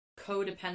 codependent